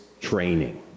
training